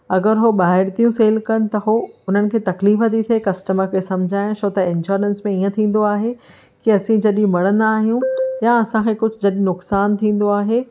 अगरि हो ॿाहिरि थी सेल कनि त हुननि खे तकलीफ़ु थी थिए कस्टमर खे सम्झायण छो त इंश्योरेंस में हीअं थींदो आहे की असी जॾहिं मरदा आहियूं या असांखे कुझु जॾहिं नुक़सानु थींदो आहे